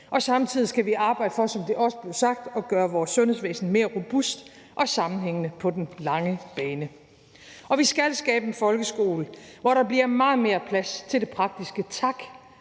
Samtidig skal vi arbejde for, som det også blev sagt, at gøre vores sundhedsvæsen mere robust og sammenhængende på den lange bane. Og vi skal skabe en folkeskole, hvor der bliver meget mere plads til det praktiske. Tak